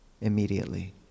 immediately